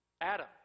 Adam